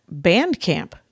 Bandcamp